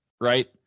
right